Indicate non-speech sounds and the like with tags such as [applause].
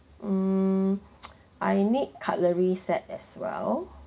mm [noise] I need cutlery set as well